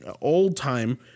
old-time